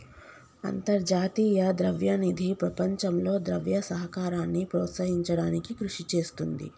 అంతర్జాతీయ ద్రవ్య నిధి ప్రపంచంలో ద్రవ్య సహకారాన్ని ప్రోత్సహించడానికి కృషి చేస్తుంది